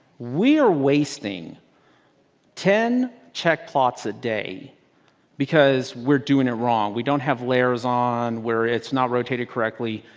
we are wasting ten checked plots a day because we're doing it wrong. we don't have layers on, where it's not rotated correctly.